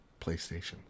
PlayStation